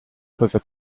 peuvent